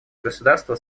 государства